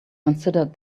considered